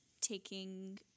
taking